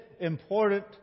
important